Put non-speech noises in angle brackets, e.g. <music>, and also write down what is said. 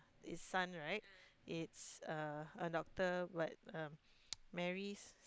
his son right it's a a doctor but um <noise> marries